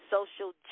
social